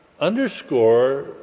underscore